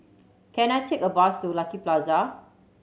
can I take a bus to Lucky Plaza